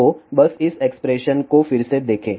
तो बस इस एक्सप्रेशन को फिर से देखें